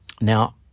Now